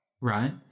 Right